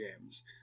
games